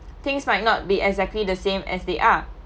things might not be exactly the same as they are